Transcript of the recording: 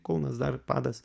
kulnas dar padas